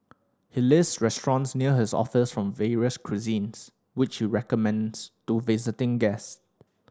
he list restaurants near his office from various cuisines which he recommends to visiting guest